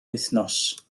wythnos